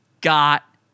got